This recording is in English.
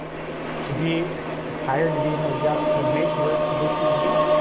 to be hired to be in those jobs to make your positions known.